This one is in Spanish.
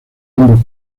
ambos